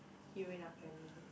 hero in our family